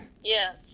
Yes